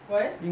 why